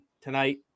tonight